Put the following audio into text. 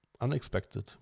unexpected